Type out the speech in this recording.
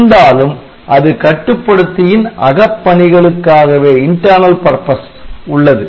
இருந்தாலும் அது கட்டுப்படுத்தியின் அகப்பணிகளுக்காகவே உள்ளது